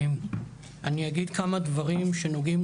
אני אגיד כמה דברים שנוגעים